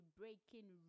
breaking